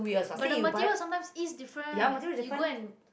but the material sometimes is different you go and